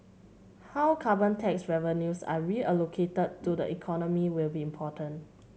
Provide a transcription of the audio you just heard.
how carbon tax revenues are reallocated to the economy will be important